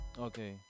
Okay